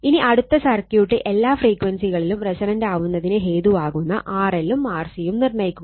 ഇനി അടുത്ത സർക്യൂട്ട് എല്ലാ ഫ്രീക്വൻസികളിലും റെസൊണന്റാവുന്നതിന് ഹേതുവാകുന്ന RL ഉം RC ഉം നിർണ്ണയിക്കുക